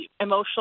emotional